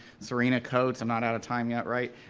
serena coates, i'm not out of time yet, right?